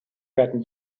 gotten